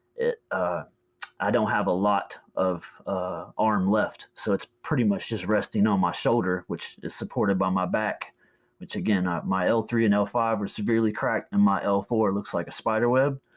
ah i don't have a lot of arm left so it's pretty much just resting on my shoulder which is supported by my back which again, ah my l three and l five were severely cracked and my l four looks like a spiderweb.